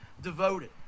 Devoted